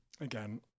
again